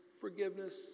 forgiveness